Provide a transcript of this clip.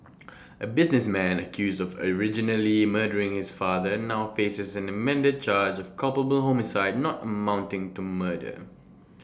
A businessman accused originally murdering his father now faces an amended charge of culpable homicide not amounting to murder